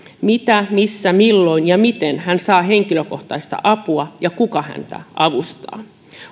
mitä missä milloin ja miten hän saa henkilökohtaista apua ja kuka häntä avustaa